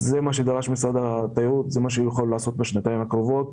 זה מה שדרש משרד התיירות וזה מה שהוא יכול לעשות בשנתיים הקרובות.